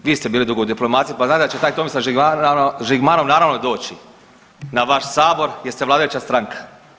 Vi ste bili dugo u diplomaciji pa znam da će taj Tomislav Žigmanov, naravno, doći na vaš sabor jer ste vladajuća stranka.